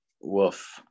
woof